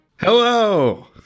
Hello